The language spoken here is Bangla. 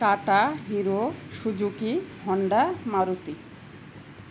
tata hero Suzuki Honda Maruti